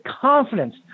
confidence